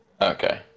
Okay